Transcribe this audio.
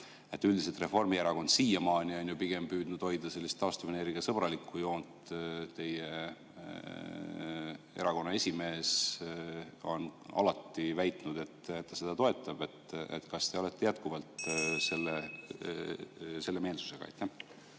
Üldiselt on Reformierakond siiamaani pigem püüdnud hoida sellist taastuvenergiasõbralikku joont. Teie erakonna esimees on alati väitnud, et ta seda toetab. Kas te olete jätkuvalt seda meelt?